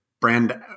brand